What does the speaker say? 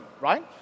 right